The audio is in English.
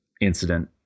incident